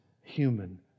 human